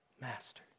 master